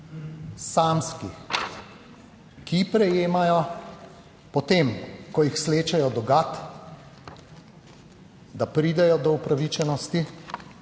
ki prejemajo po tem, ko jih slečejo do gat, da pridejo do upravičenosti